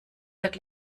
wird